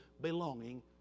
belonging